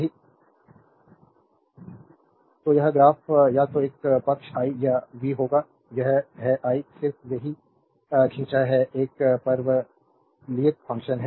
slide time देखें 2410 तो यह ग्राफ या तो इस पक्ष आई या v होगा यह है कि आई सिर्फ सही खींचा है एक परवलयिक फंक्शन है